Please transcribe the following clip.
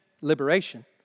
liberation